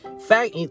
fact